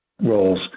roles